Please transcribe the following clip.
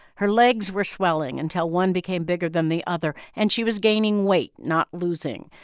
her legs were swelling until one became bigger than the other, and she was gaining weight, not losing.